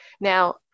Now